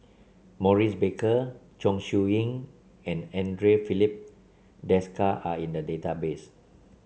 Maurice Baker Chong Siew Ying and Andre Filipe Desker are in the database